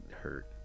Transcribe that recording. hurt